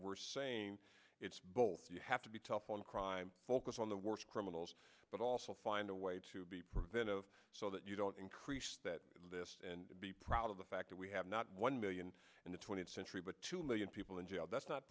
we're saying it's both you have to be tough on crime focus on the worst criminals but also find a way to be preventive so that you don't increase that and be proud of the fact that we have not one million in the twentieth century but two million people in jail that's not